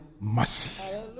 mercy